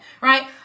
right